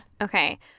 Okay